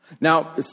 Now